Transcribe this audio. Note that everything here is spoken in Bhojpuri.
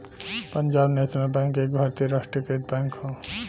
पंजाब नेशनल बैंक एक भारतीय राष्ट्रीयकृत बैंक हौ